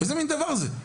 איזה מן דבר זה?